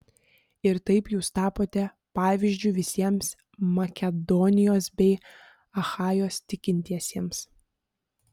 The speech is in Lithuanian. ir taip jūs tapote pavyzdžiu visiems makedonijos bei achajos tikintiesiems